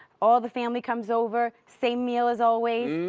all the family comes over, same meal as always,